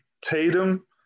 Tatum